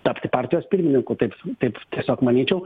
tapti partijos pirmininku taip taip tiesiog manyčiau